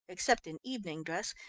except in evening dress,